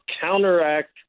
counteract